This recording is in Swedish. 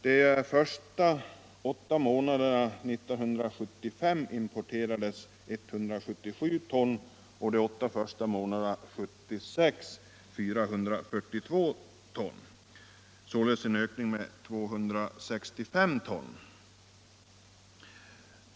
De första åtta månaderna 1975 importerades 177 ton och de åtta första månderna 1976 442 ton; således en ökning med 265 ton.